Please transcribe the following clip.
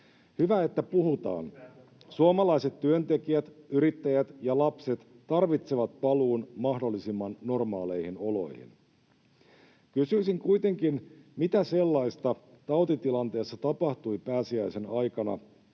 Hyvä, että puhutaan. Suomalaiset työntekijät, yrittäjät ja lapset tarvitsevat paluun mahdollisimman normaaleihin oloihin. Kysyisin kuitenkin: Mitä sellaista tautitilanteessa tapahtui pääsiäisen aikana,